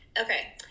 Okay